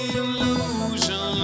illusion